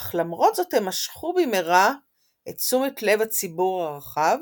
אך למרות זאת הם משכו במהרה את תשומת לב הציבור הרחב